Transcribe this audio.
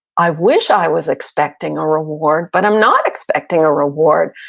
i wish i was expecting a reward but i'm not expecting a reward,